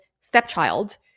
stepchild